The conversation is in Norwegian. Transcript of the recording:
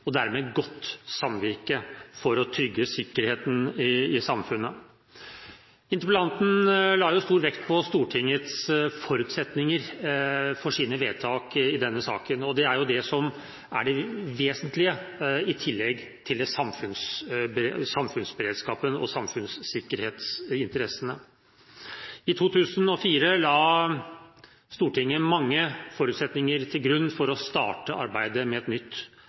og dermed et godt samvirke for å trygge sikkerheten i samfunnet. Interpellanten la stor vekt på Stortingets forutsetninger for sine vedtak i denne saken, og det er jo det som er det vesentlige i tillegg til samfunnsberedskapen og samfunnssikkerhetsinteressene. I 2004 la Stortinget mange forutsetninger til grunn for å starte arbeidet med et nytt